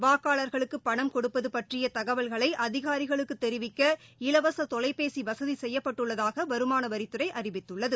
வாக்காளர்களுக்கு பணம் கொடுப்பது பற்றிய தகவல்களை அதிகாரிகளுக்கு தெரிவிக்க இலவச தொலைபேசி வசதி செய்யப்பட்டுள்ளதாக வருமான வரித்துறை அறிவித்துள்ளது